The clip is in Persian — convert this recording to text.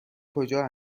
کجا